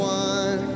one